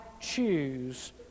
choose